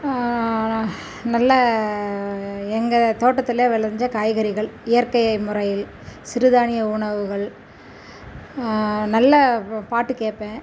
நல்ல எங்கள் தோட்டத்தில் விளைஞ்ச காய்கறிகள் இயற்கை முறையில் சிறு தானிய உணவுகள் நல்ல பாட்டு கேட்பேன்